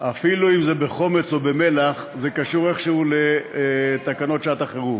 אפילו אם זה בחומץ או במלח זה קשור איכשהו לתקנות שעת החירום.